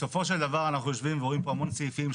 בסופו של דבר אנחנו יושבים ורואים פה המון סעיפים,